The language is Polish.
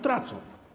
Tracą.